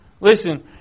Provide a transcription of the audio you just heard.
Listen